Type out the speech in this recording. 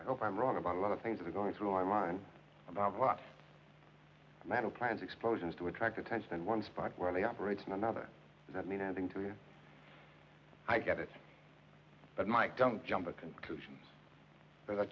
i hope i'm wrong about a lot of things that are going through my mind about what metal plans explosions to attract attention and one spot where they operate in another doesn't mean anything to you i get it but mike don't jump to conclusions there's a